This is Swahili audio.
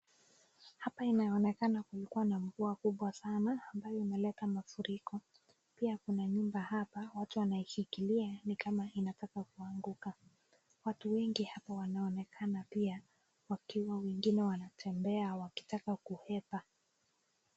Hapa inaonekana kulikuwa na mvua kubwa sana ambayo imeleta mafuriko. Pia kuna nyumba hapa watu wanaishikilia ni kama inataka kuanguka. Watu wengi hapo wanaonekana pia wakiwa wengine wanatembea wakitaka kuhepa.